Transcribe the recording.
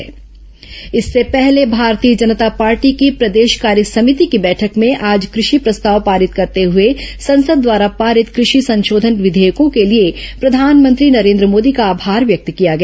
भाजपा कार्यसमिति बैठक इससे पहले भारतीय जनता पार्टी की प्रदेश कार्यसमिति की बैठक में आज कृषि प्रस्ताव पारित करते हुए संसद द्वारा पारित कृषि संशोधन विधेयकों के लिए प्रधानमंत्री नरेन्द्र मोदी का आभार व्यक्त किया गया